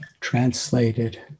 translated